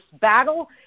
battle